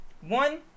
One